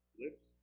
lips